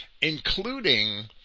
including